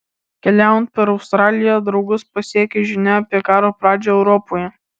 keliaujant per australiją draugus pasiekia žinia apie karo pradžią europoje